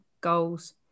goals